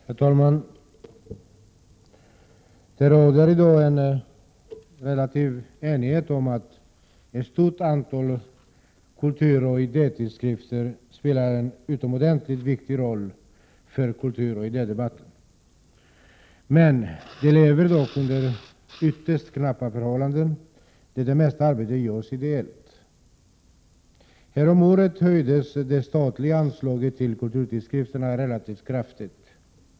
Herr talman! Det råder i dag en relativt stor enighet om att ett stort antal kulturoch idétidskrifter spelar en utomordentligt viktig roll för kulturoch idédebatten. De lever dock under ytterst knappa förhållanden. Det mesta arbetet görs ideellt. Häromåret höjdes det statliga anslaget till kulturtidskrifterna relativt kraftigt.